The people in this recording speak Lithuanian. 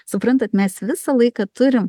suprantat mes visą laiką turim